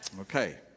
Okay